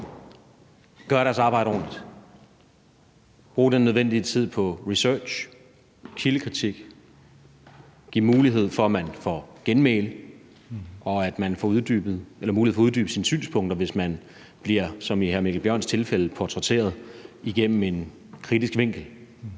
gøre deres arbejde ordentligt, bruge den nødvendige tid på research og kildekritik og give mulighed for, at man kan tage til genmæle, og mulighed for, at man kan uddybe sine synspunkter, hvis man som i hr. Mikkel Bjørns tilfælde bliver portrætteret fra en kritisk vinkel